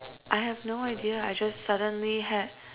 I have no idea I just suddenly had